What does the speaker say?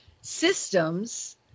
systems